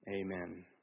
Amen